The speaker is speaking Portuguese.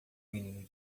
menino